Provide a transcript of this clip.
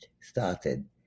started